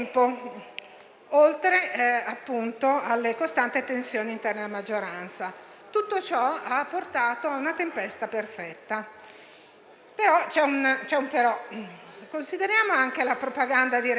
oltre alle costanti tensioni interne alla maggioranza. Tutto ciò ha portato a una tempesta perfetta. Consideriamo però anche la propaganda di regime,